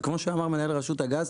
כמו שאמר מנהל רשות הגז,